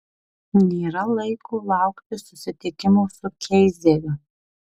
nėra laiko laukti susitikimo su keizeriu